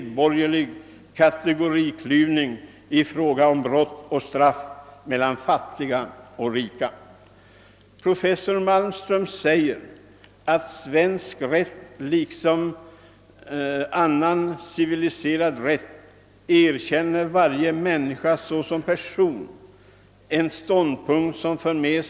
Det beror mycket på att man i den politiska debatten misskrediterat förslaget.